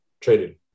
Traded